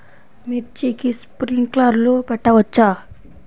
మిర్చికి స్ప్రింక్లర్లు పెట్టవచ్చా?